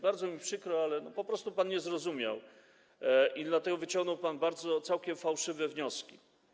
Bardzo mi przykro, ale po prostu pan nie zrozumiał i dlatego wyciągnął pan całkiem fałszywe wnioski.